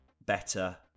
better